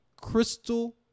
crystal